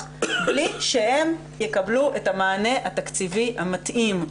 בלי שהם יקבלו את המענה התקציבי המתאים.